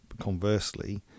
conversely